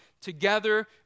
together